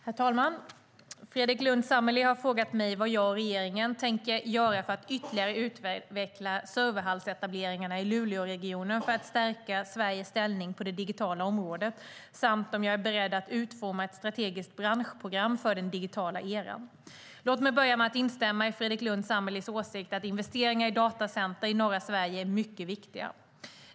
Herr talman! Fredrik Lundh Sammeli har frågat mig vad jag och regeringen tänker göra för att ytterligare utveckla serverhallsetableringarna i Luleåregionen för att stärka Sveriges ställning på det digitala området samt om jag är beredd att utforma ett strategiskt branschprogram för den digitala eran. Låt mig börja med att instämma i Fredrik Lundh Sammelis åsikt att investeringar i datacenter i norra Sverige är mycket viktiga.